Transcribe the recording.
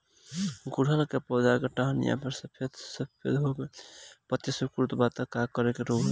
गुड़हल के पधौ के टहनियाँ पर सफेद सफेद हो के पतईया सुकुड़त बा इ कवन रोग ह?